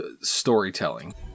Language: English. Storytelling